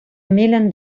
million